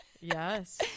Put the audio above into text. yes